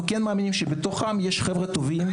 אנחנו כן מאמינים שמתוכם יש חבר'ה טובים,